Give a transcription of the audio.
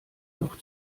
noch